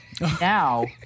now